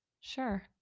Sure